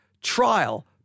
trial